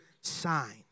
sign